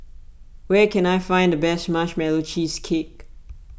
where can I find the best Marshmallow Cheesecake